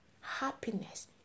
happiness